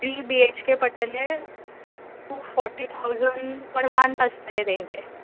three B H K पडटलें two forty thousand one month आसतले तेंचे